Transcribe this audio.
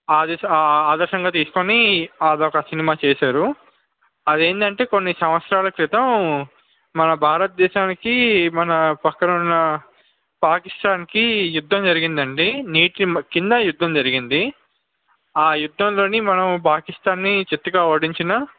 ఆదర్శం ఆదర్శంగా తీసుకుని అది ఒక సినిమా చేశారు అది ఏంటంటే కొన్ని సంవత్సరాల క్రితం మన భారతదేశానికి మన పక్కన ఉన్న పాకిస్థాన్కి యుద్ధం జరిగింది అండి నీటి మ కింద యుద్ధం జరిగింది ఆ యుద్ధంలో మనం పాకిస్థాన్ని చిత్తుగా ఓడించిన